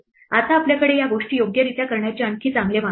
आता आपल्याकडे या गोष्टी योग्यरित्या करण्याचे आणखी चांगले मार्ग आहेत